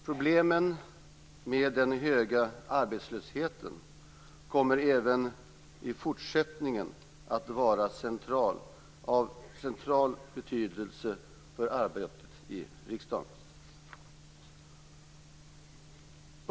Problemen med den höga arbetslösheten kommer även i fortsättningen att vara av central betydelse för arbetet i riksdagen.